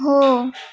हो